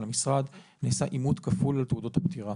המשרד נעשה אימות כפול על תעודות הפטירה.